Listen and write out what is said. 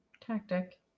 tactic